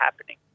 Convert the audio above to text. happening